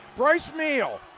bryce meehl.